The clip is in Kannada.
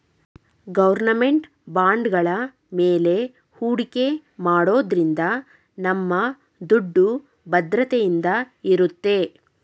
ಗೌರ್ನಮೆಂಟ್ ಬಾಂಡ್ಗಳ ಮೇಲೆ ಹೂಡಿಕೆ ಮಾಡೋದ್ರಿಂದ ನಮ್ಮ ದುಡ್ಡು ಭದ್ರತೆಯಿಂದ ಇರುತ್ತೆ